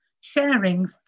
sharing